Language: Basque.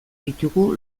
ditugu